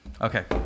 Okay